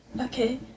Okay